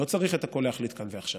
לא צריך את הכול להחליט כאן ועכשיו.